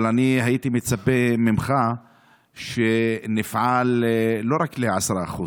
אבל אני הייתי מצפה ממך שנפעל לא רק ל-10%.